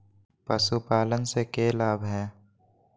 पशुपालन से के लाभ हय?